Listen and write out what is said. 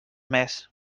més